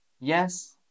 Yes